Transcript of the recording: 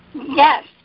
Yes